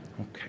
Okay